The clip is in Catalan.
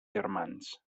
germans